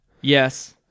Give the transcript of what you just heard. yes